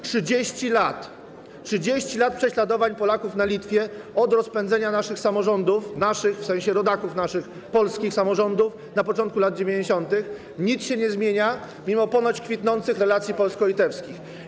30 lat prześladowań Polaków na Litwie - od rozpędzenia naszych samorządów, naszych w sensie rodaków, polskich samorządów na początku lat 90. nic się nie zmienia mimo ponoć kwitnących relacji polsko-litewskich.